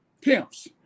pimps